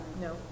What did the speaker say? No